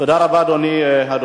תודה רבה, אדוני.